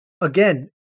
Again